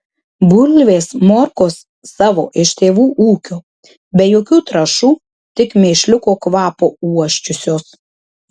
bulvės morkos savo iš tėvų ūkio be jokių trąšų tik mėšliuko kvapo uosčiusios